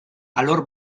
alor